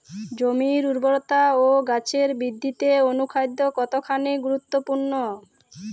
জমির উর্বরতা ও গাছের বৃদ্ধিতে অনুখাদ্য কতখানি গুরুত্বপূর্ণ?